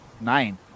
Nine